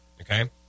okay